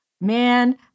Man